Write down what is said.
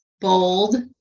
Bold